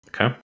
Okay